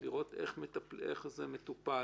לראות איך זה מטופל,